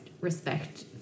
respect